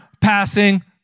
passing